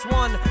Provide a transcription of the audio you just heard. one